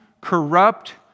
corrupt